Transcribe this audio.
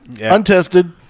untested